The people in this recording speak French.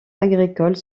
agricoles